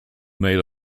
made